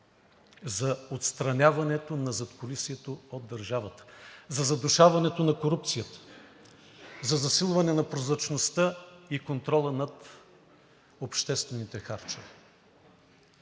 за отстраняването на задкулисието от държавата, за задушаването на корупцията, за засилването на прозрачността и контрола над обществените харчове.